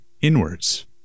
inwards